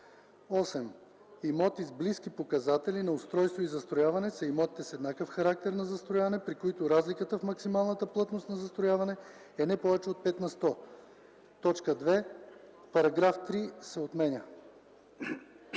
8. „Имоти с близки показатели на устройство и застрояване” са имотите с еднакъв характер на застрояване, при които разликата в максималната плътност на застрояване е не повече от 5 на сто.” 2. Параграф 3 се отменя.”